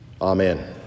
Amen